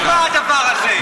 איפה זה נשמע, הדבר הזה?